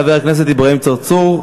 חבר הכנסת אברהים צרצור.